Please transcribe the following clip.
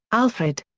alfred.